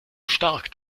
stark